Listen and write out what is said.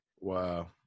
Wow